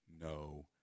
no